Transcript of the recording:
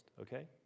okay